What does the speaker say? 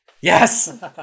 yes